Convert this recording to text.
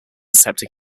septic